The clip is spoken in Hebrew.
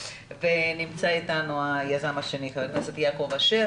נמצא אתנו יוזם החוק חבר הכנסת יעקב אשר,